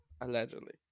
allegedly